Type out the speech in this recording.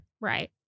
Right